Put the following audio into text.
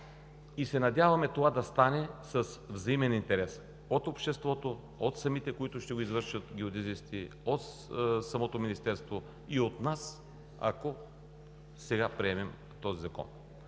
Надяваме се това да стане с взаимен интерес от обществото, от геодезистите, които ще го извършат, от самото Министерство и от нас, ако сега приемем този закон.